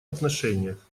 отношениях